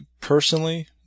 personally